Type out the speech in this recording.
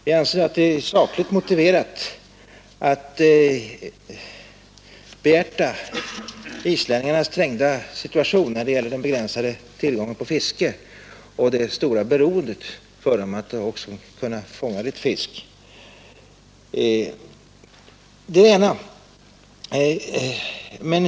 Vi anser att det är sakligt motiverat att behjärta islänningarnas trängda situation när det gäller tillgången på fiske och det stora beroendet för dem att också kunna fånga litet fisk. Det är 85 det ena.